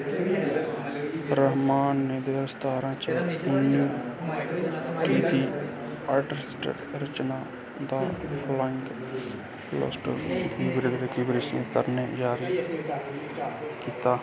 रहमान ने दो ज्हार सतारां च उन्नी मिंट दी आर्केस्ट्रा रचना 'द फ्लाइंग लोटस ' गी विमुद्रीकरण दी विशेशता कन्नै जारी कीता